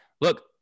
look